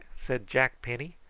said jack penny,